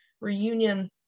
reunion